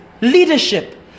leadership